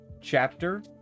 chapter